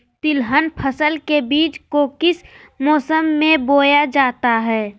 तिलहन फसल के बीज को किस मौसम में बोया जाता है?